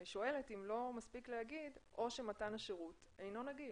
אני שואלת אם לא מספיק להגיד "או שמתן השירות אינו נגיש".